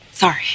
Sorry